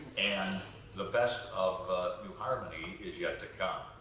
and the best of new harmony is yet to come.